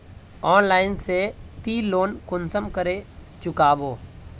Online से ती loan कुंसम करे चुकाबो?